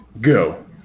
go